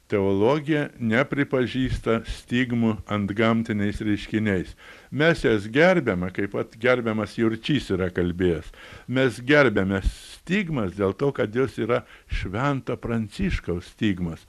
teologija nepripažįsta stigmų antgamtiniais reiškiniais mes jas gerbiame kaip vat gerbiamas jurčys yra kalbėjęs mes gerbiame stigmas dėl to kad jos yra švento pranciškaus stigmos